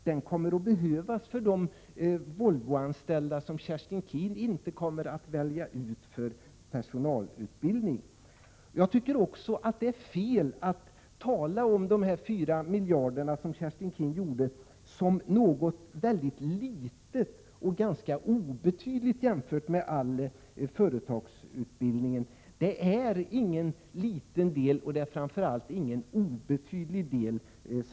Jag kan exemplifiera det med de Volvoanställda som Kerstin Keen inte kommer att välja ut för personalutbildning. Det är fel att, som Kerstin Keen, tala om dessa 4 miljarder kronor som något mycket litet och ganska obetydligt jämfört med all företagsutbildning. Samhällets vuxenutbildning är ingen liten del och det är framför allt ingen obetydlig del.